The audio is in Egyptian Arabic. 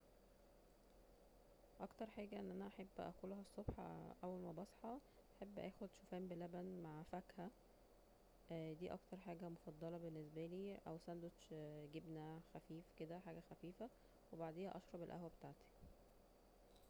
اكتر حاجة أن أنا أحب اكلها الصبح اول ما بصحى بحب اخد شوفان بلبن مع فاكهة دي اكتر حاجة مفضلة بالنسبالي أو ساندوتش جبنه خفيف كده حاجة خفيفة وبعديها اشرب القهوة بتاعتي